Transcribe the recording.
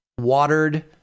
watered